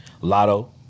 Lotto